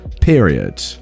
Period